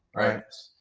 right?